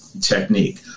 technique